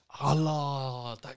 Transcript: Allah